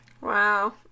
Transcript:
wow